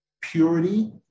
purity